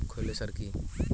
খৈল সার কি?